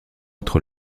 être